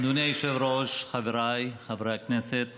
שחברי כנסת